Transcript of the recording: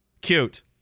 Cute